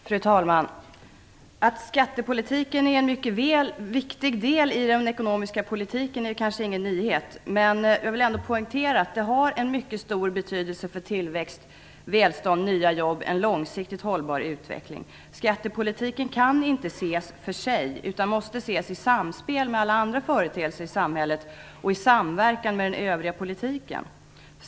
Fru talman! Att skattepolitiken är en mycket viktig del i den ekonomiska politiken är ingen nyhet, men jag vill ändå poängtera att den har en mycket stor betydelse för tillväxt, välstånd, nya jobb och en långsiktigt hållbar utveckling. Skattepolitiken kan inte ses för sig utan måste ses i samspel med alla andra företeelser i samhället och i samverkan med den övriga politiken.